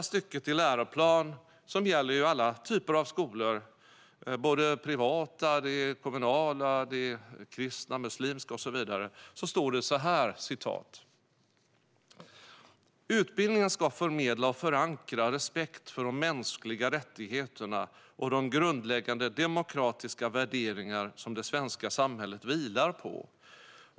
Läroplanen gäller alla typer av skolor - privata som kommunala, kristna som muslimska och så vidare. I första stycket i läroplanen står så här: "Utbildningen ska förmedla och förankra respekt för de mänskliga rättigheterna och de grundläggande demokratiska värderingar som det svenska samhället vilar på.